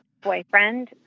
boyfriend